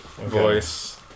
voice